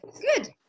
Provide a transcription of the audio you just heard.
Good